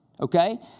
okay